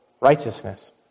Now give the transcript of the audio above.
righteousness